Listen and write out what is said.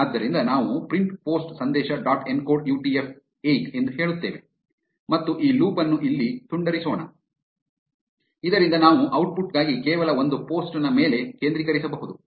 ಆದ್ದರಿಂದ ನಾವು print post ಸಂದೇಶ ಡಾಟ್ ಎನ್ಕೋಡ್ ಯುಟಿಎಫ್ 8 ಎಂದು ಹೇಳುತ್ತೇವೆ ಮತ್ತು ಈ ಲೂಪ್ ಅನ್ನು ಇಲ್ಲಿ ತುಂಡರಿಸೋಣ ಇದರಿಂದ ನಾವು ಔಟ್ಪುಟ್ ಗಾಗಿ ಕೇವಲ ಒಂದು ಪೋಸ್ಟ್ ನ ಮೇಲೆ ಕೇಂದ್ರೀಕರಿಸಬಹುದು